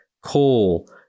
coal